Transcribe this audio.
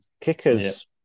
Kickers